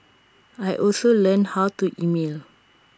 I also learned how to email